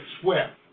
sweat